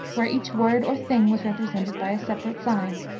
where each word or thing was represented by a separate sign.